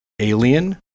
alien